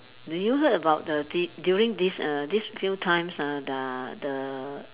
do you heard about the t~ during this err this few times ah the the